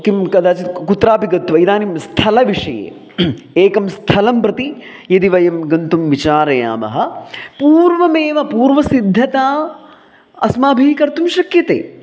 किं कदाचित् कुत्रापि गत्वा इदानीं स्थलविषये एकं स्थलं प्रति यदि वयं गन्तुं विचारयामः पूर्वमेव पूर्वसिद्धता अस्माभिः कर्तुं शक्यते